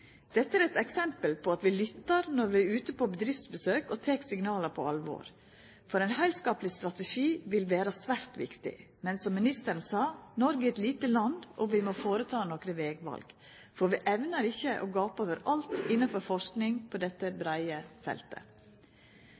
Dette er eit eksempel på at vi lyttar når vi er ute på bedriftsbesøk, og tek signala på alvor. Ein heilskapleg strategi vil vera svært viktig, men, som ministeren sa, Noreg er eit lite land og vi må gjera nokre vegval, for vi evnar ikkje å gapa over alt innanfor forsking på dette breie feltet.